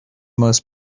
most